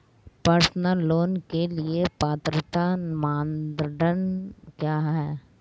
Personal loan के लिए पात्रता मानदंड क्या हैं?